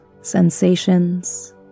sensations